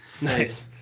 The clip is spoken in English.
Nice